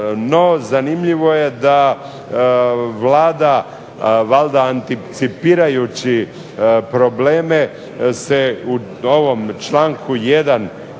zanimljivo je da Vlada valjda anticipirajući probleme se u novom članku 1.